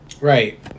Right